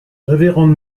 révérende